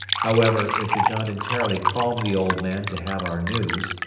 however, it did not entirely calm the old man to have our news,